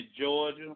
Georgia